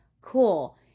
cool